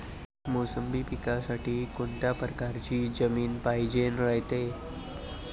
मोसंबी पिकासाठी कोनत्या परकारची जमीन पायजेन रायते?